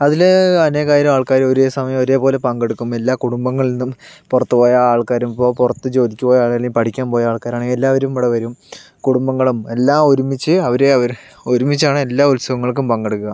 അതിൽ അനേകായിരം ആൾക്കാര് ഒരേ സമയം ഒരേപോലെ പങ്കെടുക്കും എല്ലാ കുടുംബങ്ങളിൽ നിന്നും പുറത്ത് പോയ ആൾക്കാരും ഇപ്പോൾ ൽ പുറത്ത് ജോലിക്ക് പോയത് അല്ലെങ്കിൽ പഠിക്കാൻ പോയ ആൾക്കാരാണെങ്കിലും എല്ലാവരും ഇവിടെ വരും കുടുംബങ്ങളും എല്ലാം ഒരുമിച്ച് അവർ ഒരുമിച്ചാണ് എല്ലാ ഉത്സവങ്ങൾക്കും പങ്കെടുക്കുക